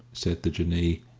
said the jinnee,